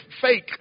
fake